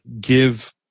give